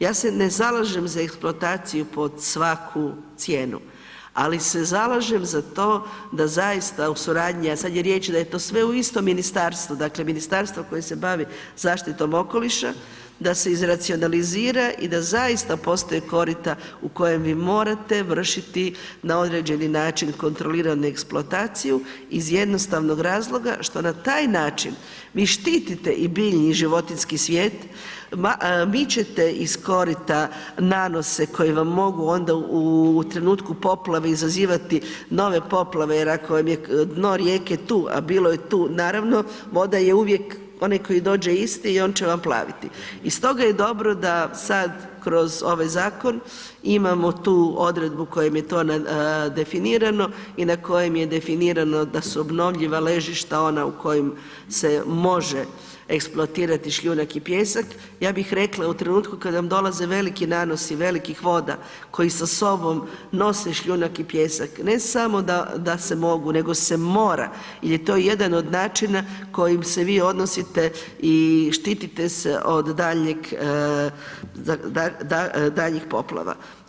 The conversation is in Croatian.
Ja se ne zalažem za eksploataciju pod svaku cijenu, ali se zalažem za to da zaista u suradnji, a sad je riječ da je to sve u istom ministarstvu, dakle, ministarstvo koje se bavi zaštitom okoliša da se izracionalizira i da zaista postoje korita u kojem vi morate vršiti na određeni način kontroliranu eksploataciju iz jednostavnog razloga što na taj način vi štitite i biljni i životinjski svijet, mičete iz korita nanose koji vam mogu onda u trenutku poplave izazivati nove poplave jer ako vam je dno rijeke tu, a bilo je tu, naravno voda je uvijek, onaj koji dođe isti, on će vam plaviti i stoga je dobro da sad kroz ovaj zakon imamo tu odredbu kojom je to definirano i na kojem je definirano da su obnovljiva ležišta ona u kojim se može eksploatirati šljunak i pijesak, ja bih rekla u trenutku kad nam dolaze veliki nanosi velikih voda koji sa sobom nose šljunak i pijesak, ne samo da se mogu, nego se mora jer je to jedan načina kojim se vi odnosite i štitite se od daljih poplava.